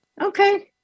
Okay